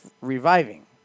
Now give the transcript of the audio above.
reviving